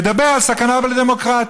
מדבר על סכנה לדמוקרטיה.